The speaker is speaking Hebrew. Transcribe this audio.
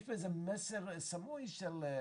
יש בזה מסר סמוי של,